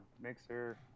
Mixer